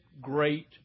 great